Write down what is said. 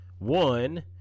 One